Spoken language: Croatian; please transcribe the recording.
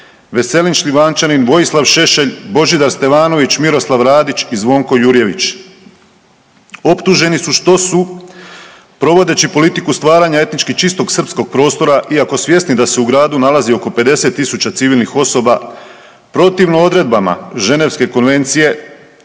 Veselin Šljivančanin, Vojislav Šešelj, Božidar Stevanović, Miroslav Radić i Zvonko Jurjević, optuženi su što su provodeći politiku stvaranja etnički čistog srpskog prostora iako svjesni da se u gradu nalazi oko 50.000 civilnih osoba protivno odredbama Ženevske konvencije